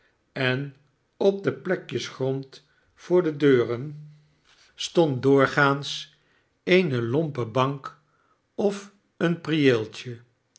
en op de plekjes grond voor de deuren stond doorgaans eene lompe bank of een prieeeltje